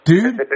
Dude